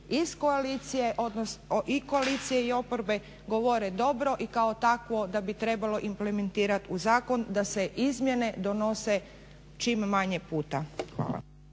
i koalicije i oporbe govore dobro i kao takvo da bi trebalo implementirat u zakon, da se izmjene donose čim manje puta.